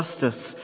justice